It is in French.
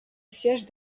siège